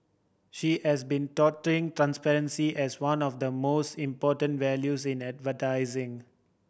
she has been touting transparency as one of the most important values in advertising